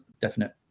definite